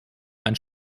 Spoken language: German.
einen